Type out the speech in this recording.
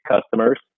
customers